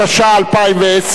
התשע"א 2010,